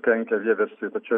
kenkia vieversiui tačiau